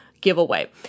giveaway